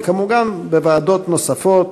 וכמובן בוועדות נוספות,